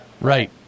Right